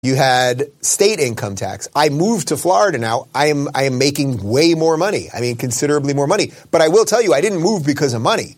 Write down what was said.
היה מס הכנסה מדינתי, אני עברתי לפלורידה עכשיו אני עושה הרבה יותר כסף - משמעותית יותר כסף, אבל אני אומר לכם שלא עברתי בגלל הכסף.